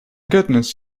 goodness